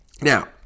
Now